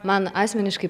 man asmeniškai